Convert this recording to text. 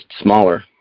smaller